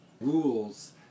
Rules